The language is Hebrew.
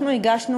אנחנו הגשנו,